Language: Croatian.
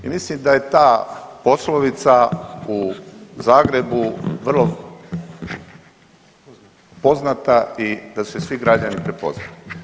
I mislim da je ta poslovica u Zagrebu vrlo poznata i da su je svi građani prepoznali.